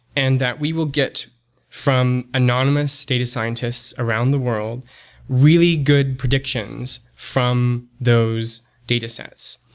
and that we will get from anonymous data scientists around the world really good predictions from those datasets.